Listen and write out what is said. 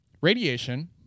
Radiation